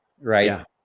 right